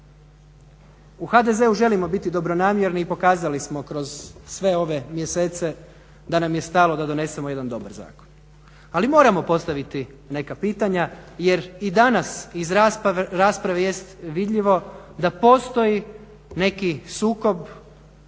U HDZ-u želimo biti dobronamjerni i pokazali smo kroz sve ove mjesece da nam je stalo da donesemo jedan dobar zakon. Ali moramo postaviti neka pitanja jer i danas iz rasprave jest vidljivo da postoji neki sukob